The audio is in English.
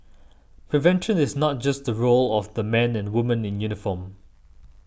prevention is not just the role of the men and women in uniform